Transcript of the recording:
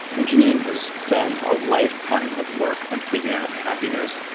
and geneen has done a lifetime of work on figuring out happiness,